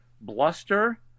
bluster